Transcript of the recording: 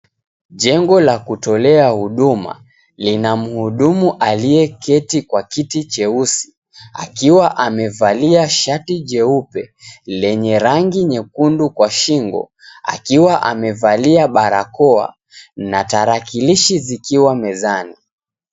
Jengo la kutolea huduma, lina mhudumu aliyeketi kwa kiti cheusi, akiwa amevalia shati jeupe, lenye rangi nyekundu kwa shingo akiwa amevalia barakoa na tarakilishi zikiwa mezani.